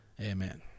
amen